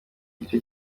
igice